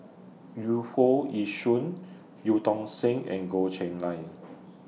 Yu Foo Yee Shoon EU Tong Sen and Goh Cheng Liang